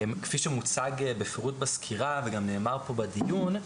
כפי שמוצג בפירוט בסקירה וגם נאמר פה בדיון,